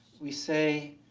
we say,